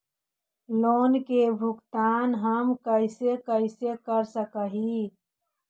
Loan के भुगतान हम कैसे कैसे कर सक हिय?